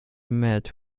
met